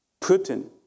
Putin